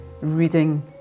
reading